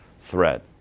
threat